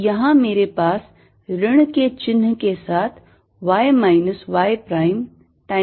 और यहाँ मेरे पास ऋण के चिन्ह के साथ y minus y prime times 3 होगा